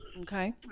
okay